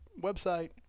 website